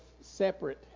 separate